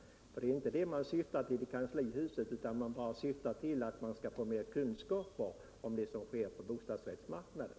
Det är nämligen inte det man syftar till i kanslihuset, utan till att få mera kunskaper om vad som sker på bostadsrättsmarknaden.